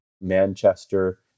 Manchester